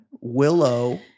Willow